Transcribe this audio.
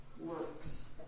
works